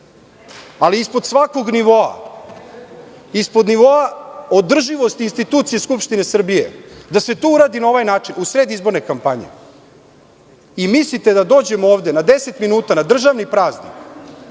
Ali, ispod svakog nivoa, ispod nivoa održivosti institucije Skupštine Srbije, da se to uradi na ovaj način, u sred izborne kampanje, i mislite da dođemo ovde na deset minuta, na državni praznik,